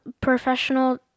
professional